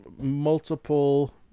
multiple